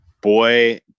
boy